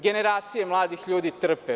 Generacije mladih ljudi trpe.